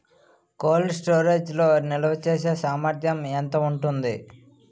Cold storage లో నిల్వచేసేసామర్థ్యం ఎంత ఉంటుంది?